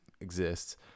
exists